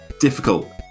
difficult